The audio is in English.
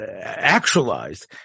actualized